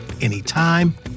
anytime